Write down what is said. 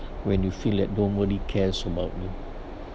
when you feel that nobody cares about me